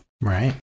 Right